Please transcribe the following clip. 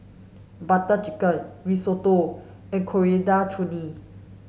Butter Chicken Risotto and Coriander Chutney